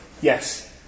yes